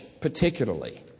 particularly